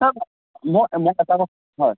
মোক মোক এটা কথা হয়